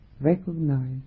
Recognize